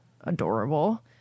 adorable